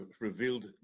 revealed